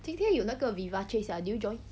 今天有那个 viva chase sia did you join